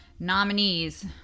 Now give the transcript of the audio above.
Nominees